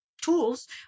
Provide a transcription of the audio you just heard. tools